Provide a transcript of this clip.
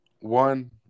one